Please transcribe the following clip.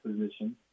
position